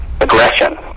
aggression